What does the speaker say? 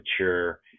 mature